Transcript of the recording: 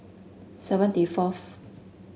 seventy fourth